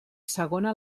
segona